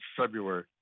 February